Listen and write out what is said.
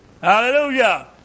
Hallelujah